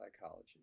psychology